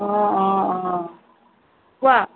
অ অ অ কোৱা